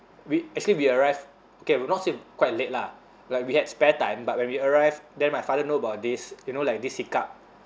we actually we arrived okay will not say quite late lah like we had spare time but when we arrived then my father know about this you know like this hiccup